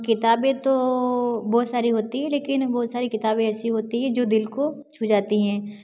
किताबें तो बहुत सारी होती हैं लेकिन बहुत सारी किताबें ऐसी होती हैं जो दिल को छू जाती हैं